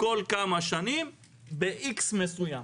כל כמה שנים בX מסוים.